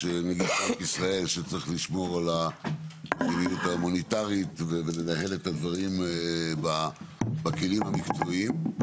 יש בנק ישראל ומועצה מוניטרית שאחראית לנהל את הדברים בכלים המקצועיים,